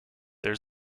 there